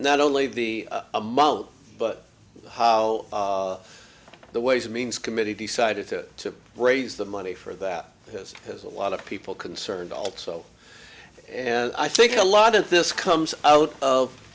not only the amount but how the ways and means committee decided to raise the money for that has has a lot of people concerned also and i think a lot of this comes out of